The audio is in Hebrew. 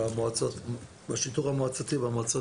כזה, בדיוק מה שעשינו.